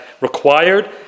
required